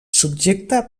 subjecte